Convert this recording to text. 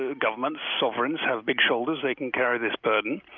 ah government sovereigns have big shoulders, they can carry this burden.